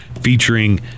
featuring